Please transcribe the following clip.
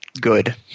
good